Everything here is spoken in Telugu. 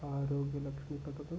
ఆరోగ్య లక్ష్మీ పథకం